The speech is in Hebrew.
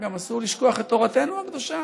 גם אסור לשכוח את תורתנו הקדושה.